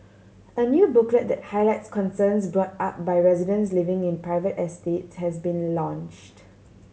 a new booklet that highlights concerns brought up by residents living in private estates has been launched